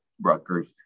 Rutgers